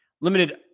limited